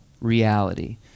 reality